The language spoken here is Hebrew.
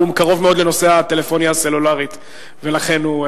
קרוב מאוד לנושא הטלפוניה הסלולרית ולכן הוא,